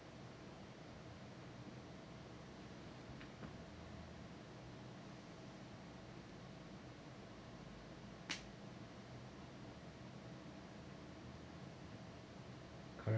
corre~